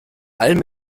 allem